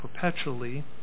perpetually